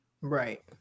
right